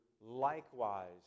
likewise